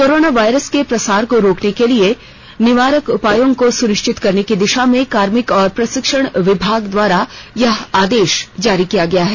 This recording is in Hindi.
कोरोना वायरस को प्रसार को रोकने के लिए निवारक उपायों को सुनिष्वित करने की दिषा में कार्मिक और प्रषिक्षण विभाग द्वारा यह आदेष जारी किया है